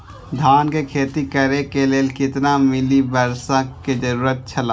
धान के खेती करे के लेल कितना मिली वर्षा के जरूरत छला?